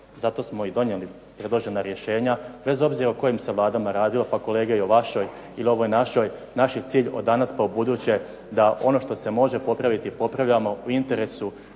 zato smo i donijeli predložena rješenja bez obzira o kojima se vladama radilo, pa kolege i o vašoj ili ovoj našoj naš je cilj od danas pa u buduće da ono što se može popraviti popravljamo u interesu